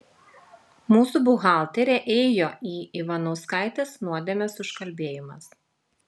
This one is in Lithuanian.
mūsų buhalterė ėjo į ivanauskaitės nuodėmės užkalbėjimas